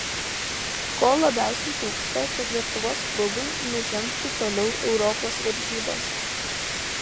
ko labiausiai trūksta kad lietuvos klubai nužengtų toliau europos varžybose